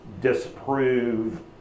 disprove